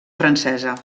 francesa